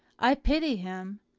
i pity him,